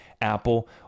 Apple